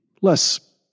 less